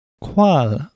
Qual